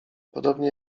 podobnie